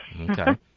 Okay